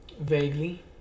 Vaguely